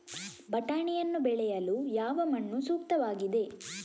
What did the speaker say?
ಬಟಾಣಿಯನ್ನು ಬೆಳೆಯಲು ಯಾವ ಮಣ್ಣು ಸೂಕ್ತವಾಗಿದೆ?